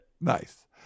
Nice